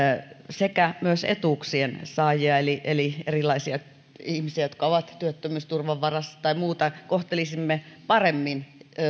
sekä myös etuuksien saajia eli eli erilaisia ihmisiä jotka ovat työttömyysturvan varassa tai muuta kohtelisimme verotuksellisestikin paremmin